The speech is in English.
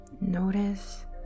notice